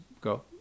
go